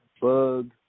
bug